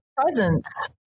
presence